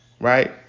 Right